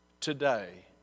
today